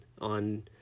on